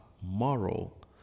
moral